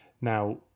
Now